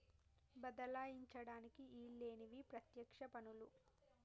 బదలాయించడానికి ఈల్లేనివి పత్యక్ష పన్నులు